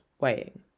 weighing